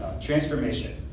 transformation